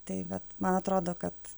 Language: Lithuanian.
tai bet man atrodo kad